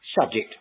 subject